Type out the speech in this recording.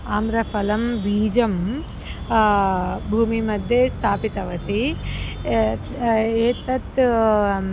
आम्रफलं बीजं भूमिमध्ये स्थापितवती एतत्